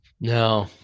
No